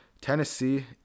Tennessee